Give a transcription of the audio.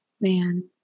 man